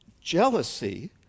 jealousy